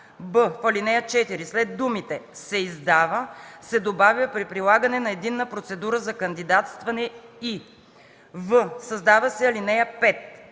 б) в ал.4 след думите „се издава” се добавя „при прилагане на единна процедура за кандидатстване и”; в) създава се ал. 5: